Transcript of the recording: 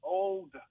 old